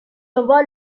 envoient